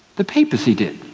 the papacy did.